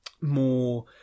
more